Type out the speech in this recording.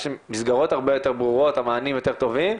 יש מסגרות הרבה יותר טובות, המענים יותר טובים.